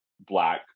black